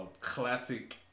classic